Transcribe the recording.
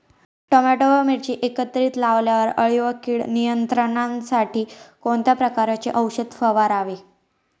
Tomato व मिरची एकत्रित लावल्यावर अळी व कीड नियंत्रणासाठी कोणत्या प्रकारचे औषध फवारावे?